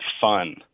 fun